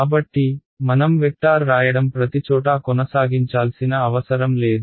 కాబట్టి మనం వెక్టార్ రాయడం ప్రతిచోటా కొనసాగించాల్సిన అవసరం లేదు